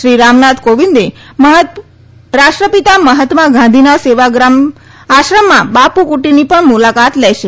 શ્રી રામનાથ કોવિંદે રાષ્ટ્રપિતા મહાત્મા ગાંધીના સેવાગ્રામ આશ્રમમાં બાપુ કુટીની પણ મુલાકાત લેશે